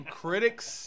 critics